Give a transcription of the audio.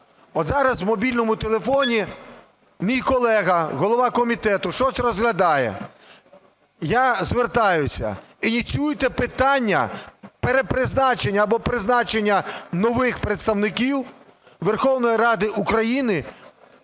От зараз в мобільному телефоні мій колега голова комітету щось розглядає. Я звертаюся: ініціюйте питання перепризначення або призначення нових представників Верховної Ради України